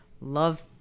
love